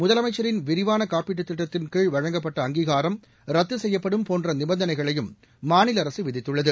முதலமைச்சரின் விரிவான காப்பீட்டு திட்டத்தின் கீழ் வழங்கப்பட்ட அங்கீகாரம் ரத்து செய்யப்படும் போன்ற நிபந்தனைகளையும் மாநில அரசு விதித்துள்ளது